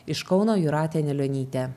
iš kauno jūratė anilionytė